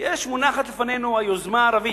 מונחת לפנינו היוזמה הערבית,